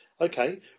Okay